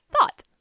thought